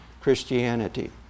Christianity